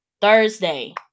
Thursday